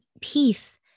peace